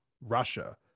Russia